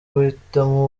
guhitamo